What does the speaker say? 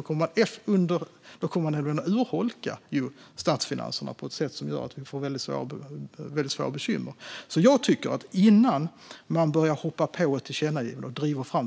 Då kommer man att urholka statsfinanserna på ett sätt som gör att vi får väldigt svåra bekymmer. Jag tycker att oppositionen innan man driver fram